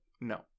No